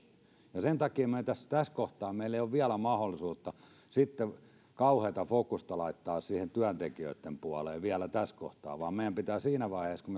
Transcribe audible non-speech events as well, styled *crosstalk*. että sen takia vielä tässä kohtaa meillä ei ole mahdollisuutta kauheata fokusta laittaa siihen työntekijöitten puoleen vaan meidän pitää sen jälkeen kun *unintelligible*